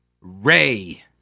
Ray